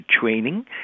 training